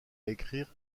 écrire